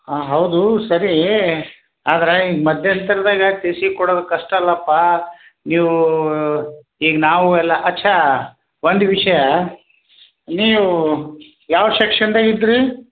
ಹಾಂ ಹೌದು ಸರಿ ಆದರೆ ಈಗ ಮಧ್ಯಂತ್ರ್ದಾಗೆ ಟಿ ಸಿ ಕೊಡೋದು ಕಷ್ಟಲ್ಲಪ್ಪ ನೀವು ಈಗ ನಾವು ಎಲ್ಲ ಅಚ್ಚಾ ಒಂದು ವಿಷಯ ನೀವು ಯಾವ ಶೆಕ್ಷನ್ದಾಗೆ ಇದ್ದರಿ